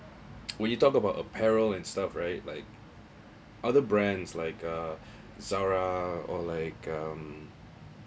when you talk about apparel and stuff right like other brands like uh zara or like um